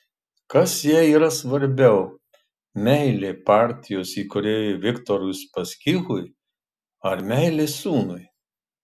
kas jai yra svarbiau meilė partijos įkūrėjui viktorui uspaskichui ar meilė sūnui